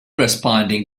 responding